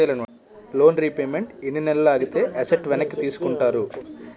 Loan repayment ఎన్ని నెలలు ఆగితే ఎసట్ వెనక్కి తీసుకుంటారు?